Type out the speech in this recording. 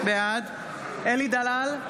בעד אלי דלל,